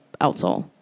outsole